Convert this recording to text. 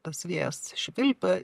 tas vėjas švilpia